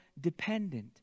dependent